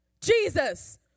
Jesus